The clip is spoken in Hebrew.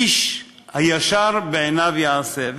איש הישר בעיניו יעשה,